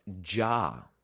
Jah